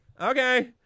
okay